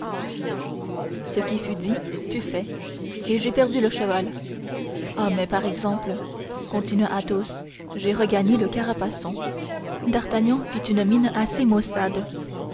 ce qui fut dit fut fait et j'ai perdu le cheval ah mais par exemple continua athos j'ai regagné le caparaçon d'artagnan fit une mine assez maussade